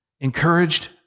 encouraged